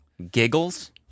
Giggles